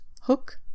hook